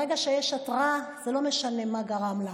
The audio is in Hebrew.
ברגע שיש התראה, זה לא משנה מה גרם לה.